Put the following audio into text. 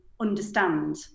understand